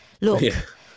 Look